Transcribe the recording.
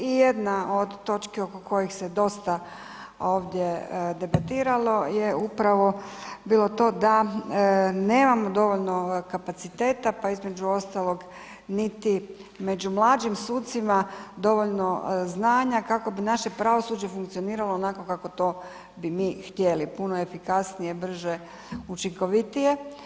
I jedna od točki oko kojih se dosta ovdje debatiralo je upravo bilo to da nemamo dovoljno kapaciteta pa između ostalog niti među mlađim sucima dovoljno znanja kako bi naše pravosuđe funkcioniralo onako kako to bi mi htjeli, puno efikasnije, brže, učinkovitije.